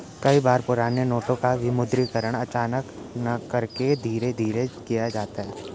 कई बार पुराने नोटों का विमुद्रीकरण अचानक न करके धीरे धीरे किया जाता है